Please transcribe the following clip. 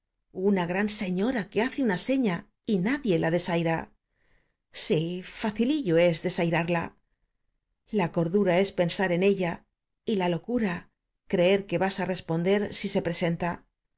una s e ñ a y nadie la desaira sí facilillo es desairarla l a cordura es pensar e n ella y la l o c u r a creer q u e v a s á responder si se presenta